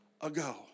ago